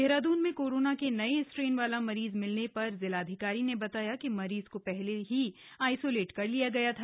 देहरादून में कोरोना के नये स्ट्रेन वाला मरीज मिलने पर जिलाधिकारी ने बताया कि मरीज को पहले से ही आइसोलेट कर लिया गया था